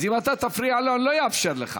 אז אם אתה תפריע לו אני לא אאפשר לך.